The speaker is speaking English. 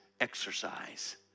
exercise